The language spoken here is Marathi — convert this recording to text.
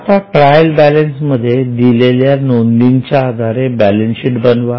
आता ट्रायल बॅलन्स मध्ये दिलेल्या नोंदींच्या आधारे बॅलन्सशीट बनवा